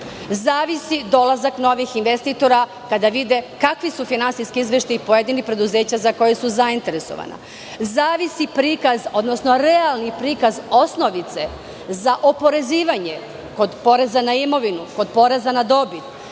zavisi dolazak novih investitora kada vide kakvi su finansijski izveštaji pojedinih preduzeća za koja su zainteresovana, zavisi prikaz, odnosno realni prikaz osnovice za oporezivanje kod poreza na imovinu, kod poreza na dobit.